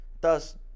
Thus